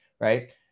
right